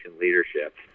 leadership